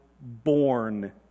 born